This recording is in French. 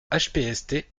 hpst